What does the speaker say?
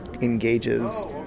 engages